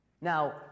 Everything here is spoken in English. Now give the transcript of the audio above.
Now